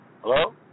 Hello